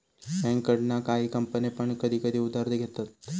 बँकेकडना काही कंपने पण कधी कधी उधार घेतत